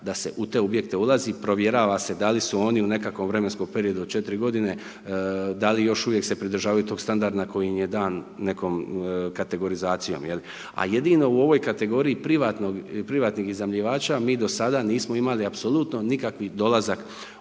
da se u te objekte ulazi provjerava se da li su oni u nekakvom vremenskom periodu od 4 godine, da li još uvijek se pridržavaju tog standarda koji im je dan nekom kategorizacijom, jel, a jednino u ovoj kategoriji privatnih iznajmljivača mi do sada nismo imali apsolutno nikakvi dolazak